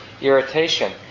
irritation